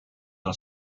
are